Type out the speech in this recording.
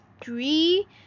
three